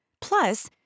Plus